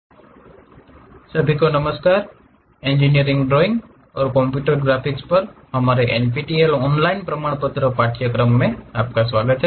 computer graphics का अवलोकन - I I I सभी को नमस्कार इंजीनियरिंग ड्राइंग और कंप्यूटर ग्राफिक्स पर हमारे NPTEL ऑनलाइन प्रमाणपत्र पाठ्यक्रमों में आपका स्वागत है